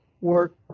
work